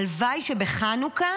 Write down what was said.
הלוואי שבחנוכה